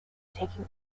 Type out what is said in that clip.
taking